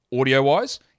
audio-wise